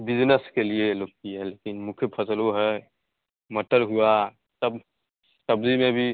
business के लिए लोग किए लेकिन मुख्य फ़सल वह है मटर हुआ सब सब्ज़ी में भी